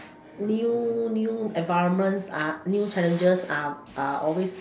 new new environments are new challenges are are always